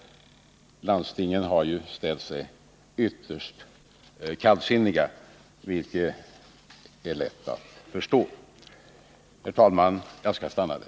Landstingen har ställt sig ytterst kallsinniga, vilket är lättförståeligt. Herr talman! Jag skall stanna där.